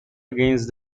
against